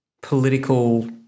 political